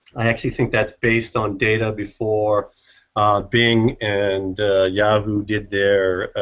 i actually think that's based on data before being and yahoo did their.